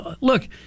Look